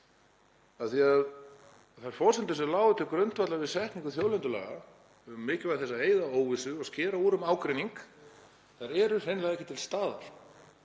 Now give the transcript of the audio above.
því að þær forsendur sem lágu til grundvallar við setningu þjóðlendulaga, um mikilvægi þess að eyða óvissu og skera úr um ágreining, eru hreinlega ekki til staðar.